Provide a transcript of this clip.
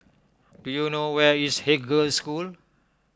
do you know where is Haig Girls' School